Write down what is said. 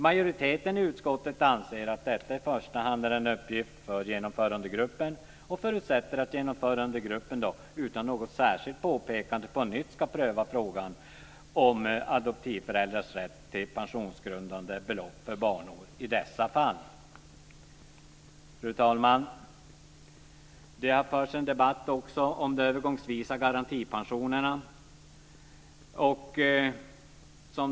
Majoriteten i utskottet anser att detta i första hand är en uppgift för Genomförandegruppen och förutsätter att Genomförandegruppen utan något särskilt påpekande på nytt ska pröva frågan om adoptivföräldrarnas rätt till pensionsgrundande belopp för barnår i dessa fall. Fru talman! Det har förts en debatt också om den övergångsvisa garantipensionen.